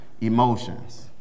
emotions